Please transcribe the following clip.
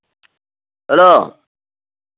hello